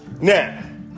Now